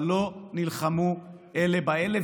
אבל לא נלחמו אלה באלה,